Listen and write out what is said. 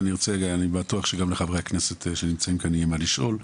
אני בטוח שגם לחברי הכנסת שנמצאים כאן יש מה לשאול.